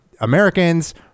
americans